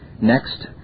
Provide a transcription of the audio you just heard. next